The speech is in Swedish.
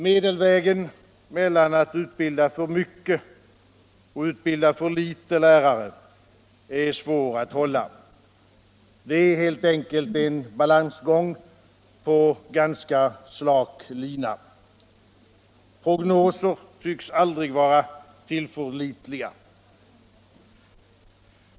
Medelvägen mellan att utbilda för många och utbilda för få lärare är svår att hålla. Det är helt enkelt en balansgång på ganska slak lina. Prognoser tycks aldrig vara tillförlitliga.